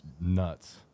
nuts